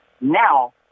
now